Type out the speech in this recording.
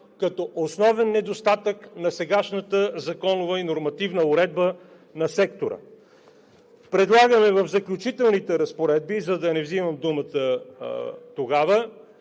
като основен недостатък на сегашната законова и нормативна уредба на сектора. Предлагаме в Заключителните разпоредби, за да не взимам думата тогава